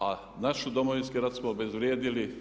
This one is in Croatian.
A naš Domovinski rat smo obezvrijedili.